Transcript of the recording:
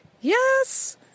Yes